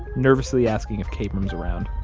nervously asking if kabrahm's around.